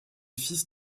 fils